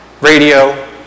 radio